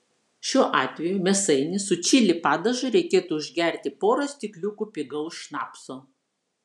šiuo atveju mėsainį su čili padažu reikėtų užgerti pora stikliukų pigaus šnapso